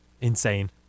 insane